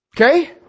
Okay